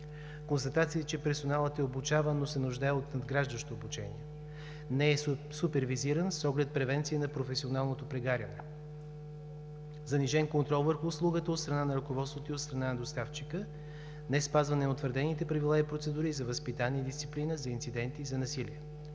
констатации, че персоналът е обучаван, но се нуждае от надграждащо обучение; не е супервизиран с оглед превенция на професионалното прегаряне; занижен контрол върху услугата от страна на ръководството и от страна на доставчика; неспазване на утвърдените правила и процедури за възпитание и дисциплина за инциденти за насилие.